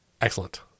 Excellent